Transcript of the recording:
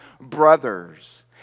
brothers